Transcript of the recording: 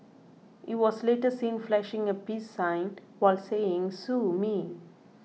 he was later seen flashing a peace sign while saying Sue me